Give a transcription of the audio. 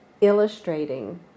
illustrating